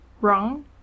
wrong